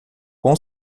com